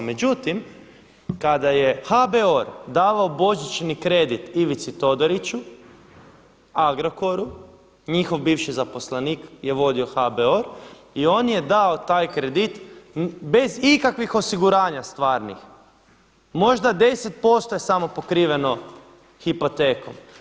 Međutim kada je HBOR davao božićni kredit Ivici Todoriću, Agrokoru, njihov bivši zaposlenik je vodio HBOR i on je dao taj kredit bez ikakvih osiguranja stvarnih, možda 10% je samo pokriveno hipotekom.